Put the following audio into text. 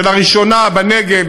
וראשונה בנגב,